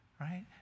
Right